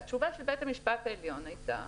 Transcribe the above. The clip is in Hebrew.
והתשובה של בית המשפט העליון הייתה